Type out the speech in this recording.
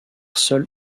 seul